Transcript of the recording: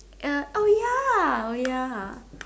uh oh ya oh ya ha